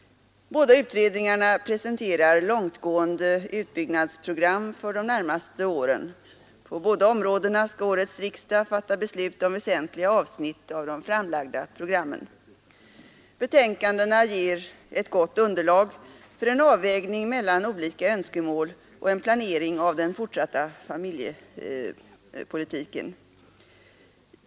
Båda utrednihgarna presenterar långtgående utbyggnadsprogram för de närmaste åren. På båda områdena skall årets riksdag tatta beslut om väsentliga avsnitt av de framlagda programmen. Betänkandena ger ett gott underlag för en avvägning mellan olika önskemål och en planering av den fortsatta familjepolitiken.